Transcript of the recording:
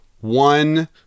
One